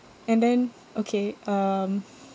and then okay um